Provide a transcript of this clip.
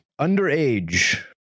underage